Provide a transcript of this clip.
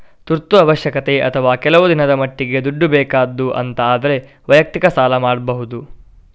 ತುರ್ತು ಅವಶ್ಯಕತೆ ಅಥವಾ ಕೆಲವು ದಿನದ ಮಟ್ಟಿಗೆ ದುಡ್ಡು ಬೇಕಾದ್ದು ಅಂತ ಆದ್ರೆ ವೈಯಕ್ತಿಕ ಸಾಲ ಮಾಡ್ಬಹುದು